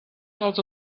clouds